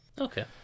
Okay